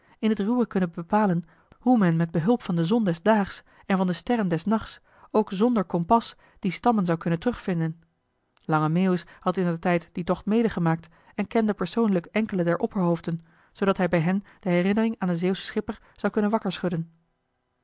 in het ruwe kunnen bepalen hoe men met behulp van de zon des daags en van de sterren des nachts ook zonder kompas die stammen zou kunnen terug vinden lange meeuwis had indertijd dien tocht medegemaakt en kende persoonlijk enkele der opperhoofden zoodat hij bij hen de herinnering aan den zeeuwschen schipper zou kunnen wakker schudden